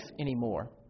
anymore